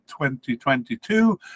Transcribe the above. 2022